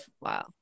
wow